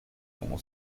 como